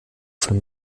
von